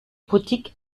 politik